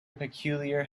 peculiar